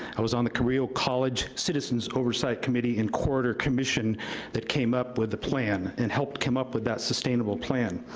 i was on the coreo college citizens oversight committee and corridor commission that came up with the plan, and helped come up with that sustainable plan.